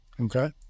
okay